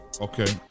Okay